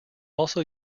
also